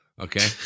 Okay